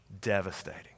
Devastating